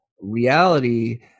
reality